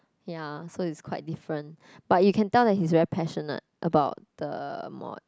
ya so it's quite different but you can tell that he's very passionate about the mod